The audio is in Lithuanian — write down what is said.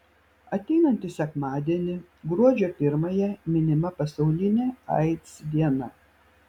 ateinantį sekmadienį gruodžio pirmąją minima pasaulinė aids diena